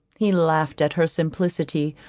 he laughed at her simplicity,